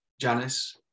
Janice